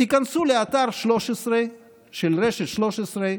תיכנסו לאתר של רשת 13,